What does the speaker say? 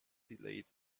delayed